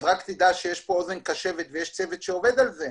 אז תדע שיש כאן אוזן קשבת ויש צוות שעובד על זה,